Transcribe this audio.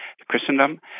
Christendom